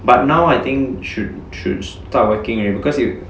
but now I think should should start working already because you